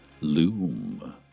loom